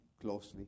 closely